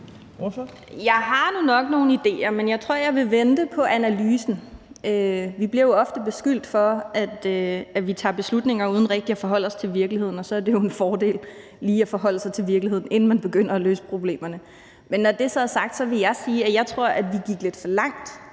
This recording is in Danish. Jeg har nok nogle idéer, men jeg tror, jeg vil vente på analysen. Vi bliver jo ofte beskyldt for, at vi tager beslutninger uden rigtig at forholde os til virkeligheden, og så er det jo en fordel lige at forholde sig til virkeligheden, inden man begynder at løse problemerne. Men når det så er sagt, vil jeg sige, at jeg tror, vi gik lidt for langt